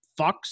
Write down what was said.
fucks